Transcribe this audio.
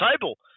table